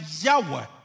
Yahweh